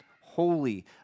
holy